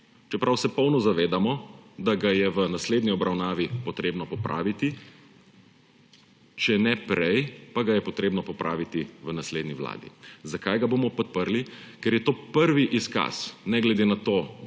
čeprav se polno zavedamo, da ga je v naslednji obravnavi potrebno popraviti, če ne prej, pa ga je potrebno popraviti v naslednji vladi. Zakaj ga bomo podprli? Ker je to prvi izkaz, ne glede na to,